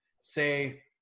say